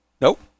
Nope